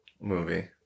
movie